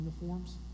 uniforms